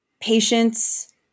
patience